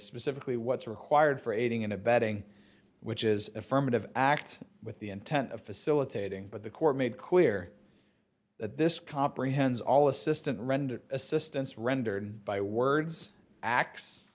specifically what's required for aiding and abetting which is affirmative act with the intent of facilitating but the court made clear that this comprehends all assistant rendered assistance rendered by words